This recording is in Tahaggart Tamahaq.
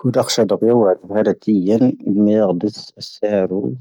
ⴽooⴷ ⴰⴽⵙⵀⴰⴷⴰⴱⴻⵡⴰⴷ vⴰⴷⴰ ⵜⵉⵢⴻⵏ ⵉⵎⴻⵢⴰⴷⵉⵙ ⴰⵙⴻ ⴰⵔⵓⵉⵣ.